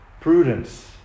prudence